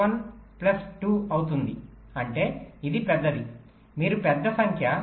1 plus 2 అవుతుంది అంటే ఇది పెద్దది మీరు పెద్ద సంఖ్య 3